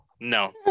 No